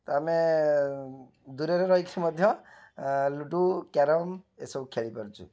ଆମେ ଦୂରରେ ରହିକି ମଧ୍ୟ ଲୁଡ଼ୁ କ୍ୟାରମ୍ ଏସବୁ ଖେଳିପାରୁଛୁ